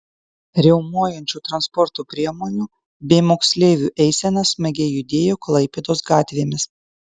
riaumojančių transporto priemonių bei moksleivių eisena smagiai judėjo klaipėdos gatvėmis